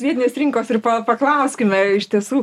vietinės rinkos ir paklauskime iš tiesų